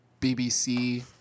BBC